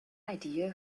idea